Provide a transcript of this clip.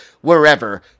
wherever